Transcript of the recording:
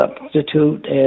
substitute